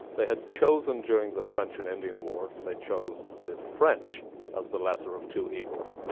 they had chosen during the french and indian war. they chose the french as the lesser of two evils.